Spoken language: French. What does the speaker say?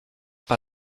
par